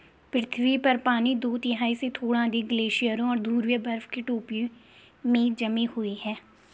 पृथ्वी पर पानी दो तिहाई से थोड़ा अधिक ग्लेशियरों और ध्रुवीय बर्फ की टोपी में जमे हुए है